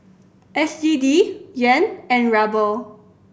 S G D Yuan and Ruble